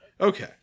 Okay